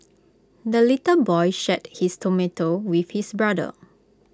the little boy shared his tomato with his brother